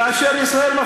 בשביל מה אתם עולם